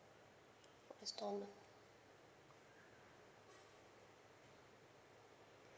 installment